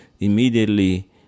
immediately